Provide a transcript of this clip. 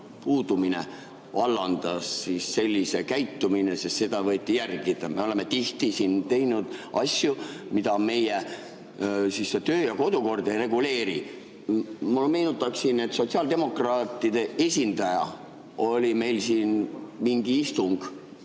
puudumine vallandas sellise käitumise, sest seda võeti järgida. Me oleme tihti siin teinud asju, mida meie kodu‑ ja töökord ei reguleeri. Ma meenutaksin, et sotsiaaldemokraatide esindaja oli meil mingil istungil